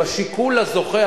כשבשיקול הזוכה,